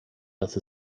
dass